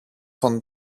τον